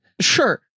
Sure